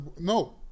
no